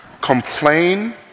complain